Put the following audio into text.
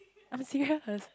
I'm serious